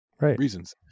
reasons